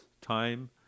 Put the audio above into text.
time